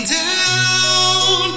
down